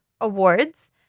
awards